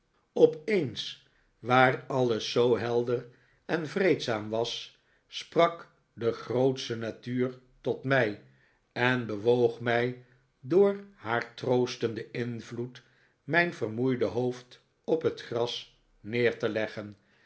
opeens waar alles zoo helder en vreedzaam was sprak de grootsche natuur tot mij en bewoog mij door haar troostenden invloed mijn vermoeide hoofd op het gras neer te leggen